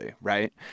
right